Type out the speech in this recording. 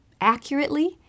accurately